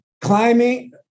climbing